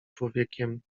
człowiekiem